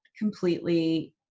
completely